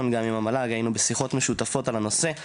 גם עם המל"ג היינו בשיחות משותפות על הנושא.